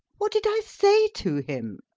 what did i say to him?